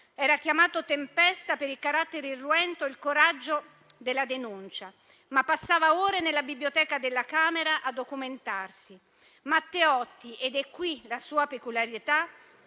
Era chiamato Tempesta per il carattere irruento ed il coraggio della denuncia, ma passava ore nella biblioteca della Camera a documentarsi. Matteotti, ed è qui la sua peculiarità,